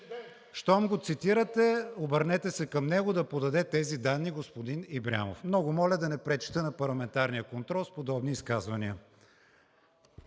Щом го цитирате, обърнете се към него да подаде тези данни, господин Ибрямов. Много моля да не пречите на парламентарния контрол с подобни изказвания.